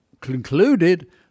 concluded